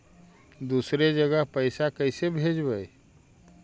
दुसरे जगह पैसा कैसे भेजबै?